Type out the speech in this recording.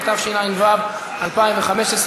התשע"ו 2015,